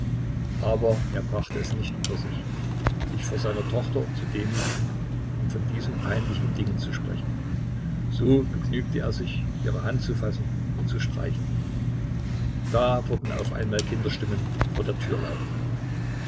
aber er brachte es nicht über sich sich vor seiner tochter zu demütigen und von diesen peinlichen dingen zu sprechen so begnügte er sich ihre hand zu fassen und zu streicheln da wurden auf einmal kinderstimmen vor der tür laut